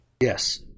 Yes